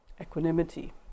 equanimity